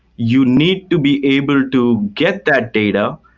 you need to be able to get that data,